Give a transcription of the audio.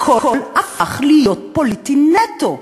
הכול הפך להיות פוליטי נטו.